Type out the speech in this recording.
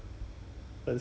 was it during that time